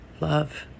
love